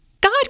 God